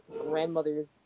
grandmother's